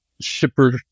Shipper